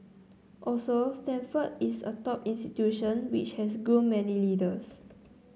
also Stanford is a top institution which has groomed many leaders